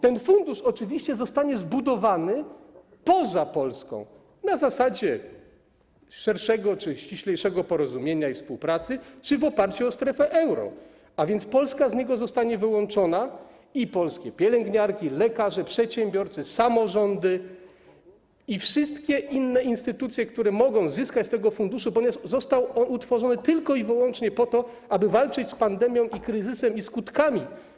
Ten fundusz oczywiście zostanie zbudowany poza Polską na zasadzie szerszego czy ściślejszego porozumienia i współpracy czy w oparciu o strefę euro, a więc Polska zostanie z niego wyłączona, polskie pielęgniarki, lekarze, przedsiębiorcy, samorządy i wszystkie inne instytucje, które mogą pozyskać środki z tego funduszu, ponieważ został on utworzony tylko i wyłącznie po to, aby walczyć z pandemią i kryzysem, i skutkami.